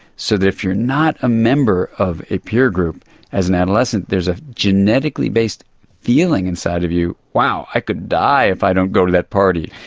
so if you are not a member of a peer group as an adolescent there's a genetically based feeling inside of you, wow, i could die if i don't go to that party.